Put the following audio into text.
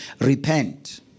Repent